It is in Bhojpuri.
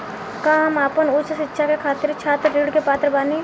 का हम आपन उच्च शिक्षा के खातिर छात्र ऋण के पात्र बानी?